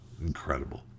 incredible